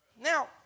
Now